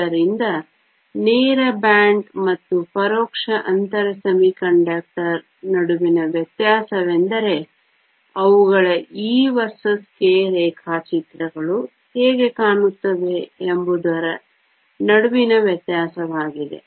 ಆದ್ದರಿಂದ ನೇರ ಬ್ಯಾಂಡ್ ಮತ್ತು ಪರೋಕ್ಷ ಅಂತರ ಅರೆವಾಹಕ ನಡುವಿನ ವ್ಯತ್ಯಾಸವೆಂದರೆ ಅವುಗಳ e ವರ್ಸಸ್ k ರೇಖಾಚಿತ್ರಗಳು ಹೇಗೆ ಕಾಣುತ್ತವೆ ಎಂಬುದರ ನಡುವಿನ ವ್ಯತ್ಯಾಸವಾಗಿದೆ